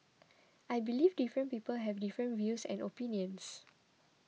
I believe different people have different views and opinions